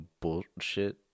bullshit